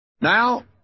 Now